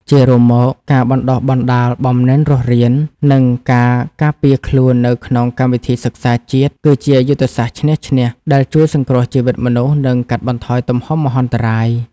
ជារួមមក ការបណ្ដុះបណ្ដាលបំណិនរស់រាន និងការការពារខ្លួននៅក្នុងកម្មវិធីសិក្សាជាតិ គឺជាយុទ្ធសាស្ត្រឈ្នះ-ឈ្នះ ដែលជួយសង្គ្រោះជីវិតមនុស្ស និងកាត់បន្ថយទំហំមហន្តរាយ។